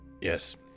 yes